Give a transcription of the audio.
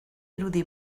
irudi